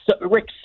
Rick